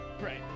Right